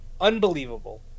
Unbelievable